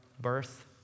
birth